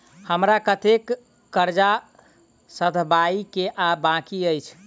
हमरा कतेक कर्जा सधाबई केँ आ बाकी अछि?